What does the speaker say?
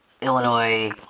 Illinois